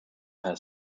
has